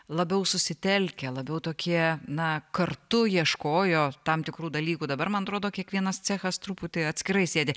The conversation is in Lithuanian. labiau susitelkę labiau tokie na kartu ieškojo tam tikrų dalykų dabar man atrodo kiekvienas cechas truputį atskirai sėdi